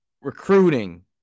recruiting